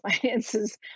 finances